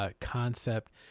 concept